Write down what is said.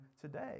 today